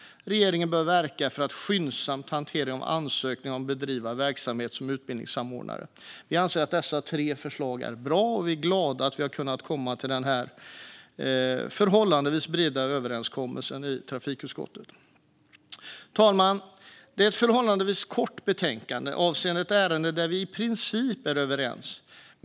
Regeringen bör verka för en skyndsam hantering av ansökningar om att bedriva verksamhet som utbildningsanordnare. Vi anser att dessa tre förslag är bra, och vi är glada över att denna förhållandevis breda överenskommelse har kunnat nås i trafikutskottet. Herr talman! Detta är ett förhållandevis kort betänkande avseende ett ärende där vi i princip är överens.